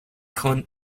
kun